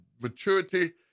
maturity